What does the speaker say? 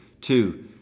two